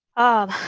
ah,